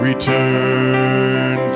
Return